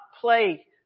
play